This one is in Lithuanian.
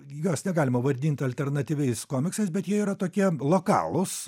juos negalima vardint alternatyviais komiksais bet jie yra tokie lokalūs